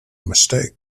mistake